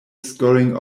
scoring